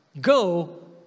Go